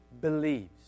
believes